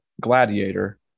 Gladiator